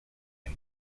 him